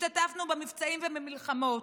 השתתפנו במבצעים ובמלחמות.